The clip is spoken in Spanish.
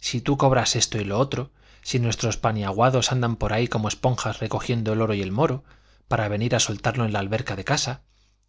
si tú cobras esto y lo otro si nuestros paniaguados andan por ahí como esponjas recogiendo el oro y el moro para venir a soltarlo en la alberca de casa